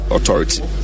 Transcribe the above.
Authority